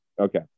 Okay